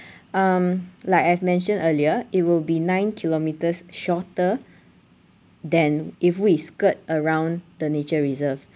um like I've mentioned earlier it will be nine kilometres shorter than if we skirt around the nature reserve